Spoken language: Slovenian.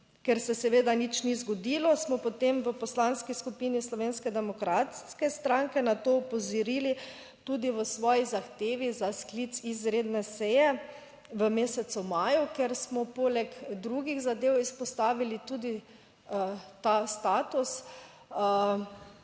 ker se seveda nič ni zgodilo, smo potem v Poslanski skupini Slovenske demokratske stranke na to opozorili tudi v svoji zahtevi za sklic izredne seje v mesecu maju, ker smo poleg drugih zadev izpostavili tudi ta status,